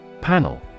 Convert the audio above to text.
panel